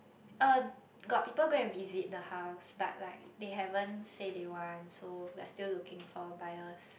uh got people go and visit the house but like they haven't say they one so we are still looking for buyers